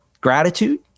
gratitude